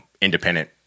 independent